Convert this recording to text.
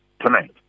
tonight